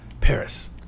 Paris